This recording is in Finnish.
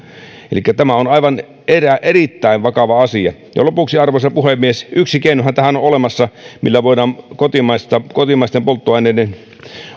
elikkä tämä on erittäin vakava asia lopuksi arvoisa puhemies yksi keinohan tähän on olemassa millä voidaan kotimaisten polttoaineiden